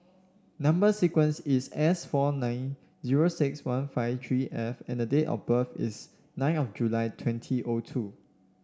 number sequence is S four nine zero six one five three F and date of birth is nine of July twenty O two